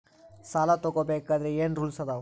ಸಾಲ ತಗೋ ಬೇಕಾದ್ರೆ ಏನ್ ರೂಲ್ಸ್ ಅದಾವ?